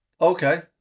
Okay